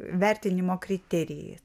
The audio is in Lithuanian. vertinimo kriterijais